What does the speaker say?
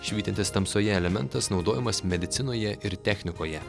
švytintis tamsoje elementas naudojamas medicinoje ir technikoje